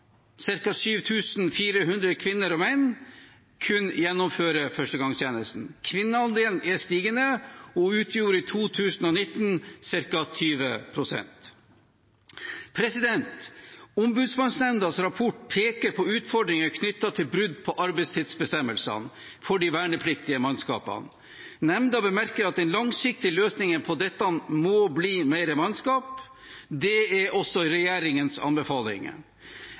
7 400 kvinner og menn, gjennomfører førstegangstjenesten. Kvinneandelen er stigende og utgjorde i 2019 ca. 20 pst. Ombudsmannsnemndas rapport peker på utfordringer knyttet til brudd på arbeidstidsbestemmelsene for de vernepliktige mannskapene. Nemnda bemerker at den langsiktige løsningen på dette må bli mer mannskap. Det er også regjeringens